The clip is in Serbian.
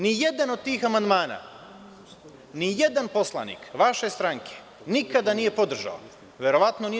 Nijedan od tih amandmana nijedan poslanik vaše stranke nikada nije podržao.